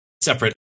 separate